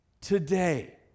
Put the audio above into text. today